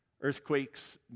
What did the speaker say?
Earthquakes